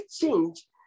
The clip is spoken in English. change